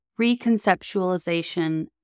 reconceptualization